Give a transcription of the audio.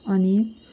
अनि